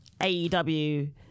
AEW